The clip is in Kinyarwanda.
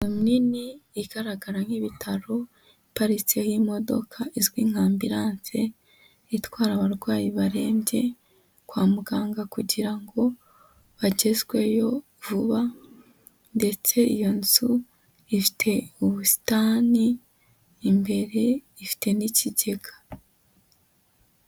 Inzu nini igaragara nk i Bitaro iparitseho imodoka izwi nka ambiranse. Itwara abarwayi barembye kwa muganga kugira ngo bagezweyo vuba ndetse iyo nzu ifite ubusitani imbere ifite n'ikigega.